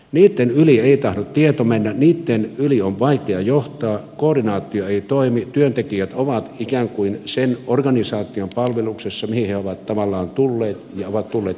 niitten yli ei tahdo tieto mennä niitten yli on vaikea johtaa koordinaatio ei toimi työntekijät ovat ikään kuin sen organisaation palveluksessa mihin he ovat tulleet ja ovat tulleet rekrytoiduksi